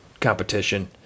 competition